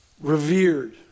revered